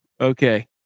Okay